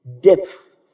depth